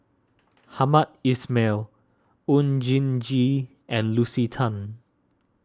Hamed Ismail Oon Jin Gee and Lucy Tan